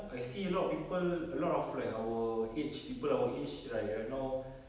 I see a lot of people a lot of like our age people our age like right now